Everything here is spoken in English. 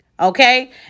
Okay